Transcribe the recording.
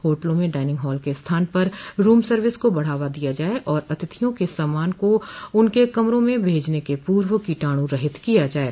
होटलों में dining hall के स्थान पर रूम सर्विस को बढ़ावा दिया जाये और अतिथियों के सामान को उनके कमरों में भेजने के पूर्व कीटाणु रहित किया जाये